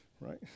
right